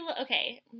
okay